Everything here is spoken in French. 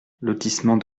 lotissement